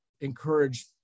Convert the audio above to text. encourage